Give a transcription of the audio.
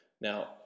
Now